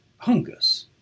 hungus